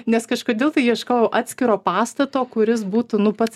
nes kažkodėl tai ieškojau atskiro pastato kuris būtų nu pats